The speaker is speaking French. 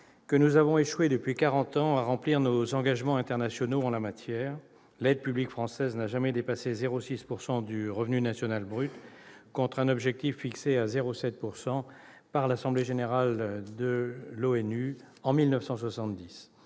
que nous avons échoué depuis quarante ans à remplir nos engagements internationaux en la matière : l'aide publique française n'a jamais dépassé 0,6 % du revenu national brut, contre un objectif fixé à 0,7 % par l'assemblée générale de l'ONU en 1970.